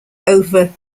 over